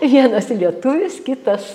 vienas lietuvis kitas